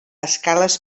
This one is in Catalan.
escales